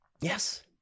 yes